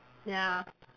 ya